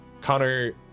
Connor